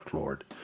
Lord